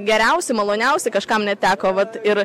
geriausi maloniausi kažkam net teko vat ir